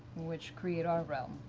which create our realm.